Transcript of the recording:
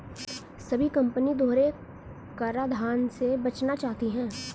सभी कंपनी दोहरे कराधान से बचना चाहती है